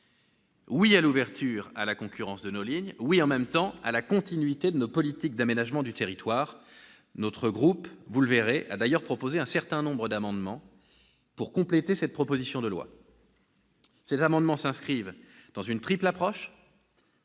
Oui à l'ouverture à la concurrence de nos lignes ! Oui, en même temps, à la continuité de nos politiques d'aménagement du territoire ! Notre groupe, vous le verrez, a d'ailleurs proposé un certain nombre d'amendements pour compléter cette proposition de loi. Ces amendements s'inscrivent dans une triple approche